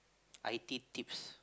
I T tips